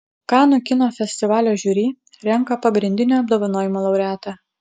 kanų kino festivalio žiuri renka pagrindinio apdovanojimo laureatą